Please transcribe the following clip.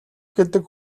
гэдэг